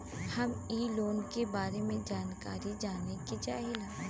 हम इ लोन के बारे मे जानकारी जाने चाहीला?